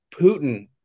Putin